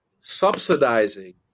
subsidizing